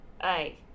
Aye